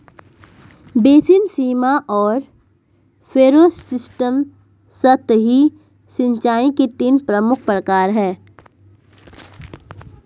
basin, सीमा और furrow system सतही सिंचाई के तीन प्रमुख प्रकार है